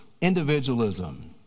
individualism